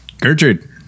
Gertrude